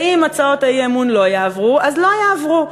ואם הצעות האי-אמון לא יעברו, אז לא יעברו.